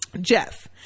Jeff